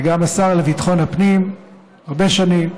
וגם השר לביטחון הפנים הרבה שנים,